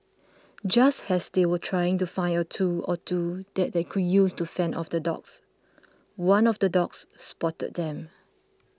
just as they were trying to find a tool or two that they could use to fend off the dogs one of the dogs spotted them